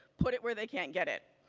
put it where they can't get it.